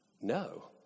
no